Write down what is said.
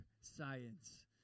science